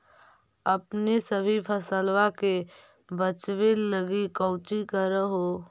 अपने सभी फसलबा के बच्बे लगी कौची कर हो?